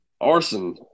Arson